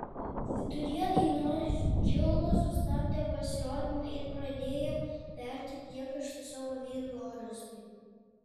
viduryje dainos džilda sustabdė pasirodymą ir pradėjo berti priekaištus savo vyrui orestui